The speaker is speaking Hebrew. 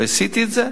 ועשיתי את זה,